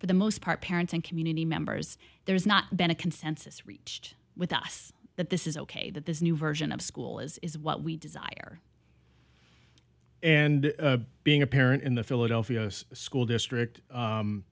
for the most part parents and community members there's not been a consensus reached with us that this is ok that this new version of school is what we desire and being a parent in the philadelphia school district